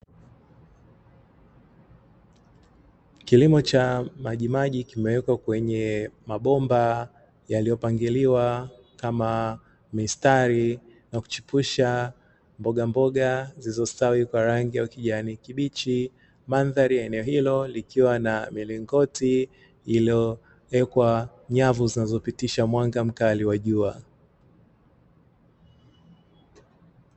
Kilimo cha majimaji kimewekwa kwenye mabomba yaliyopangiliwa kama mistari ya kuchipusha mbogamboga zilizostawi kwa rangi ya kijani kibichi. Mandhari ya eneo hilo likiwa na milingoti iliyo wekwa nyavu zinazopitisha mwanga mkali wa jua.